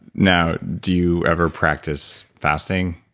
now do you ever practice fasting,